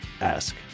ask